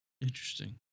Interesting